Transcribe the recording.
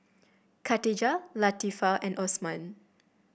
Katijah Latifa and Osman